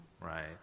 right